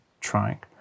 trying